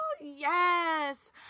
yes